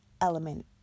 element